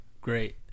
Great